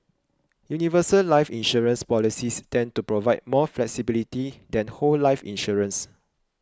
universal life insurance policies tend to provide more flexibility than whole life insurance